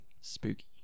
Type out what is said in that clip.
Spooky